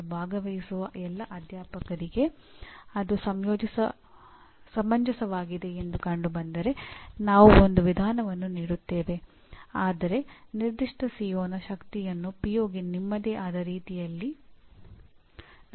ಇಲ್ಲಿ ಪ್ರವೇಶ್ಯಗಳು ಎಂದರೆ ಪಠ್ಯಕ್ರಮ ನಿಮ್ಮಲ್ಲಿರುವ ಮೂಲಸೌಕರ್ಯ ಮತ್ತು ನಿಮ್ಮಲ್ಲಿರುವ ಅಧ್ಯಾಪಕರನ್ನು ಅರ್ಥೈಸಬಲ್ಲದು